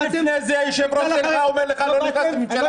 לא באתם --- יום לפני זה היושב-ראש שלך אומר: לא נכנס לממשלה.